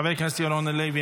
חבר הכנסת ירון הלוי,